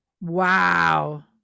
Wow